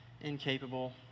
incapable